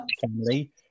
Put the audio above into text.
family